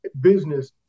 business